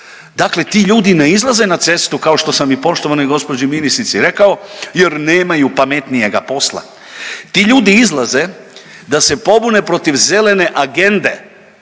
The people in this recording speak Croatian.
dakle ti ljudi ne izlaze na cestu, kao što sam i poštovanoj gđi. ministrici rekao jer nemaju pametnijega posla. Ti ljudi izlaze da se pobune protiv zelene agende